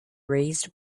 raised